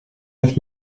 neuf